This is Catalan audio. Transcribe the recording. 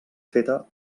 feta